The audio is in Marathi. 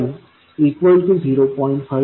5 A आहे